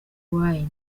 wayne